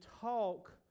talk